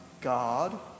God